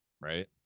right